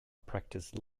practiced